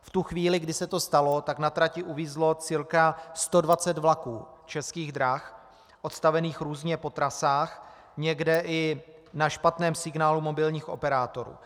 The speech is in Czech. V tu chvíli, kdy se to stalo, na trati uvízlo cca 120 vlaků Českých drah, odstavených různě po trasách, někde i na špatném signálu mobilních operátorů.